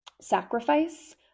sacrifice